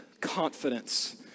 confidence